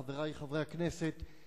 חברי חברי הכנסת,